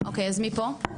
אוקיי, אז מי פה?